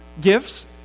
gifts